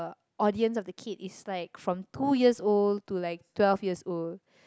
audience of the kid is like from two years old to like twelve years old